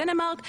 דנמרק,